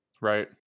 Right